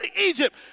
Egypt